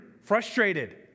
frustrated